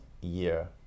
year